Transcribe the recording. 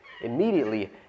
Immediately